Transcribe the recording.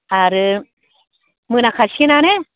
आरो मोनाखासिगोनानो